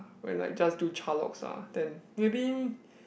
when like just do Cha-Locks ah then maybe